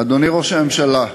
אדוני ראש הממשלה,